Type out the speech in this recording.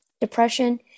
depression